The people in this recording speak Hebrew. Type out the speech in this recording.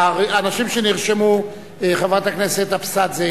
האנשים שנרשמו: חברת הכנסת אבסדזה,